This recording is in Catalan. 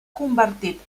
convertit